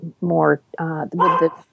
more